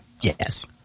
Yes